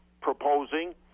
proposing